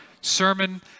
sermon